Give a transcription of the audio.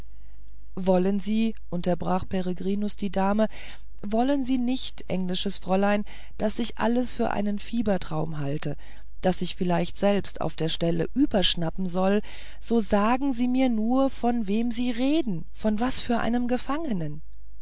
wollen sie unterbrach peregrinus die dame wollen sie nicht englisches fräulein daß ich alles für einen fiebertraum halten daß ich vielleicht selbst auf der stelle überschnappen soll so sagen sie mir nur von wem sie reden von was für einem gefangenen